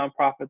nonprofits